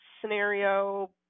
scenario